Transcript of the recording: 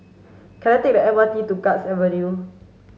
can I take the M R T to Guards Avenue